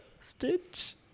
Stitch